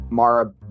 Mara